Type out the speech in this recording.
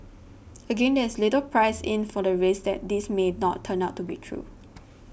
again there is little priced in for the risk that this may not turn out to be true